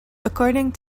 according